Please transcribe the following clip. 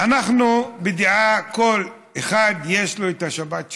אנחנו בדעה שכל אחד, יש לו את השבת שלו.